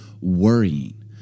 worrying